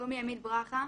קוראים לי עמית ברכה,